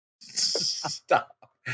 Stop